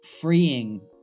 freeing